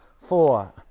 four